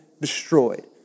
destroyed